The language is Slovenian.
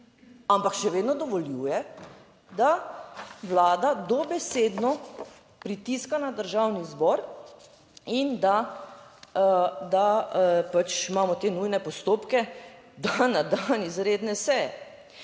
ampak še vedno dovoljuje, da Vlada dobesedno pritiska na Državni zbor in da pač imamo te nujne postopke, da na dan izredne seje.